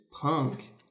punk